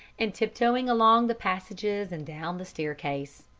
and tiptoeing along the passages and down the staircase.